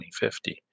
2050